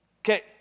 Okay